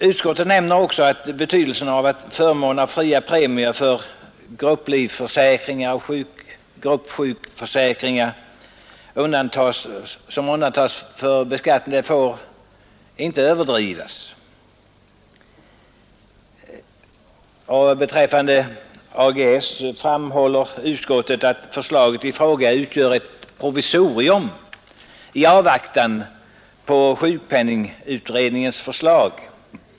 Utskottet nämner också, att betydelsen av att förmån av fria premier för vissa grupplivförsäkringar och gruppsjukförsäkringar undantas från beskattning inte bör överdrivas. Utskottet framhåller att förslaget i fråga om AGS utgör ett provisorium i avvaktan på sjukpenningutredningens förslag.